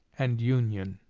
and union.